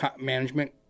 management